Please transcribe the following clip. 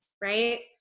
right